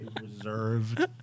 Reserved